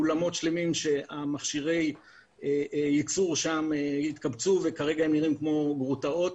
אולמות שלמים שמכשירי הייצור התקבצו וכרגע הם נראים כמו גרוטאות.